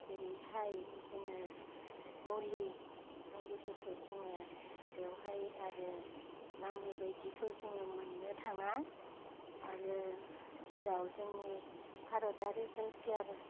जेरैहाय जोङो मुलि मुलिफोरखौ जोङो बेवहाय आरो नांनाय बायदिखौ जोङो मोन्नो थाङा आरो जेराव जोंनि भारतारि हेल्थ केयर